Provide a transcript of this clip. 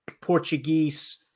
Portuguese